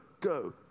go